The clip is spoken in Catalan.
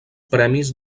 premis